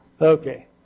Okay